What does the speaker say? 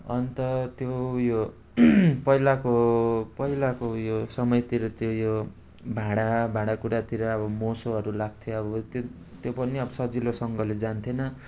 अन्त त्यो यो पहिलाको पहिलाको त्यो यो समयतिर त्यही यो भाँडा भाँडाकुँडातिर अब मोसोहरू लाग्थ्यो अब त्यो त्यो पनि अब सजिलोसँगले जान्थेन